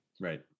Right